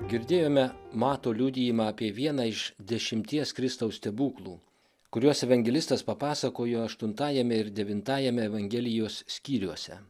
girdėjome mato liudijimą apie vieną iš dešimties kristaus stebuklų kuriuos evangelistas papasakojo aštuntajame ir devintajame evangelijos skyriuose